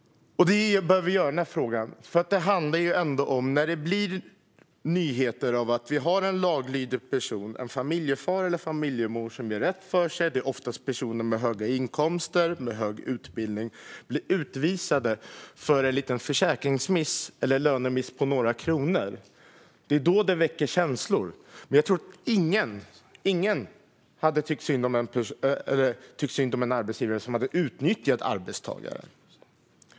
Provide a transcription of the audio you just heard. Det behöver vi göra i denna fråga, för när vi hör nyheten att en laglydig person - en familjefar eller familjemor som gör rätt för sig och som ofta har hög utbildning och hög inkomst - ska bli utvisad för en försäkringsmiss eller lönemiss på några kronor väcker det känslor. Ingen hade dock tyckt synd om den arbetsgivare som hade utnyttjat arbetstagare.